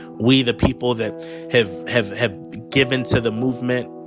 we the people that have have have given to the movement.